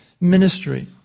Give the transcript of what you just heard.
ministry